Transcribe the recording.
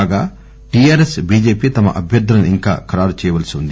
కాగా TRS BJP తమ అభ్యర్థులను ఇంకా ఖరారు చేయవలసి ఉంది